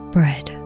Bread